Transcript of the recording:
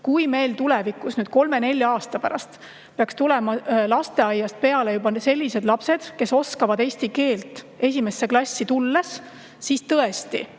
Kui meil tulevikus, kolme-nelja aasta pärast peaks tulema lasteaiast peale juba sellised lapsed, kes oskavad esimesse klassi tulles eesti